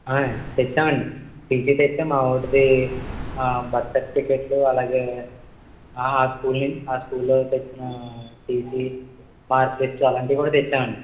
ఆయి తెచ్చామండి టిసి తెచ్చాం మావాడిది ఆ బర్త్ సర్టిఫికేట్స్ అలాగే ఆ స్కూలి ఆ స్కూల్లో తెచ్చిన టిసి మార్క్ లిస్ట్ అలాంటివి కూడా తెచ్చామండి